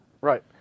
Right